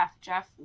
Jeff